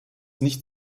nicht